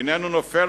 והוא איננו נופל